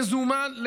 מזומן,